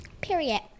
period